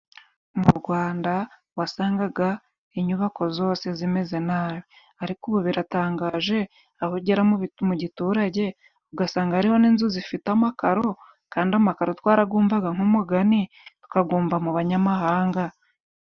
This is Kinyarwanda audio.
Mu Rwanda wasangaga inyubako zose zimeze nabi, ariko ubu biratangaje aho ugera mu giturage ugasanga hariho n'inzu zifite amakaro, kandi amakaro twaragumvaga nk'umugani, tukagumva mu banyamahanga.